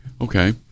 Okay